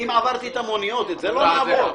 עברתי את המוניות, את זה לא נעבור?